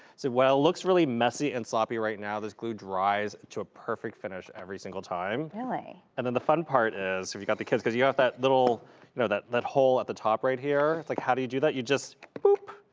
so while it looks really messy and sloppy right now, this glue dries to a perfect finish every single time. really? and then the fun part is, if you got the kids, cause you yeah got that little you know, that that hole at the top right here? it's like, how do you do that? you just boop,